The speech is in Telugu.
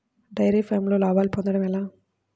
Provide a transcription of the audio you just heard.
డైరి ఫామ్లో లాభాలు పొందడం ఎలా?